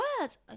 words